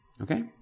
Okay